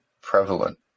prevalent